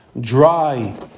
dry